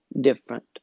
different